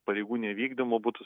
pareigų nevykdymo būtų